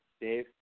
dave